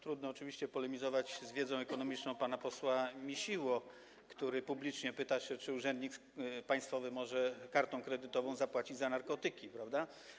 Trudno oczywiście polemizować z wiedzą ekonomiczną pana posła Misiły, który publicznie pyta, czy urzędnik państwowy może kartą kredytową zapłacić za narkotyki, prawda?